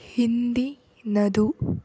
ಹಿಂದಿನದು